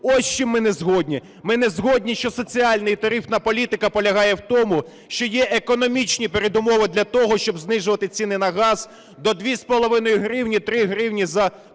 Ось з чим ми не згодні. Ми не згодні, що соціальна і тарифна політика полягає в тому, що є економічні передумови для того, щоб знижувати ціни на газ до 2,5 гривні, 3 гривні